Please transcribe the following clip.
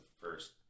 first